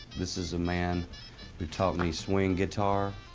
this is a man who taught me swing guitar